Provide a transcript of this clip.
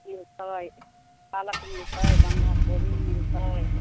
इहो सभ हय पालक मिलतै बन्धाकोबी मिलतै